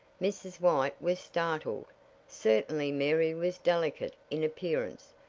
mrs. white was startled. certainly mary was delicate in appearance,